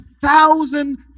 thousand